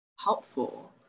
helpful